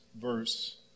verse